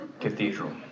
cathedral